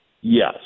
yes